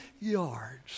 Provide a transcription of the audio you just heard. yards